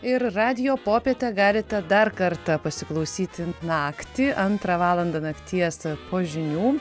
ir radijo popietę galite dar kartą pasiklausyti naktį antrą valandą nakties po žinių